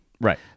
right